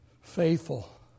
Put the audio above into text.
Faithful